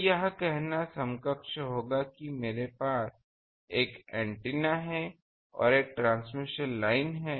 तो यह कहना समकक्ष होगा कि हमारे पास एक एंटीना है और एक ट्रांसमिशन लाइन है